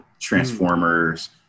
transformers